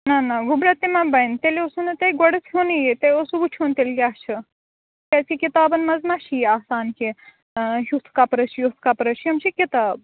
نَہ نَہ گوٚبرہ تِہ ما بنہِ تیٚلہِ اوسوٕنہٕ تۄہہِ گۄڈٕ ہیٛونٕے یہِ توہہِ اوسو وُچُھن تِیٚلِہ کیاہ چُھ کیازِ کِہ کِتابَن منٛزما چھُ یہِ آسان کہِ ہُتھ کپرٕچھُ یُتھ کپرٕچھُ یِم چھِ کِتابہٕ